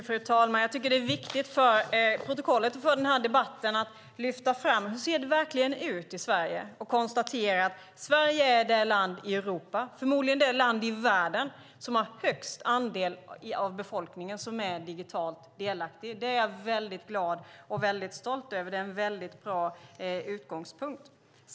Fru talman! Det är viktigt för protokollet och för den här debatten att lyfta fram hur det verkligen ser ut i Sverige och att konstatera att Sverige är det land i Europa, ja, förmodligen det land i världen, som har största andelen digitalt delaktig befolkning. Det är jag väldigt glad och stolt över. Det är en mycket bra utgångspunkt.